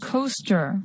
Coaster